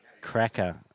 cracker